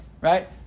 right